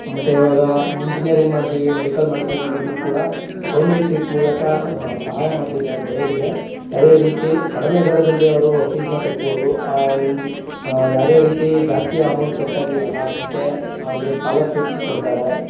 ಮತ್ತು ಇವಾಗ ಇಂಜಿನಿಯರಿಂಗ್ ಮಾಡ್ತೀವಿ ಮೆಡಿಕಲ್ ಮಾಡ್ತೀವಿ ಅಂದ್ರೂ ಕೂಡ ಗೌರ್ಮೆಂಟ್ ಸೀಟ್ ಮೂಲಕ ಸಹಾಯ ಮಾಡ್ತಿದ್ದಾರೆ ಬಡವ್ರಿಗೆ ಯಾವುದೇ ರೀತಿ ಕಡಿಮೆ ದರದಲ್ಲಿ ಅವರು ಫೀಸ್ನ ಕಟ್ಬೋದು ಇನ್ನು ಯಾವುದೇ ರೀತೀ ಜಾಸ್ತಿ ಅಮೌಂಟ್ ಕಟ್ಟೋಂಗಿರಲ್ಲ ಮತ್ತೆ ಅವ್ರಿಗೆ ಸ್ಕಾಲರ್ಶಿಪ್ ಕೊಡ್ತಾರೆ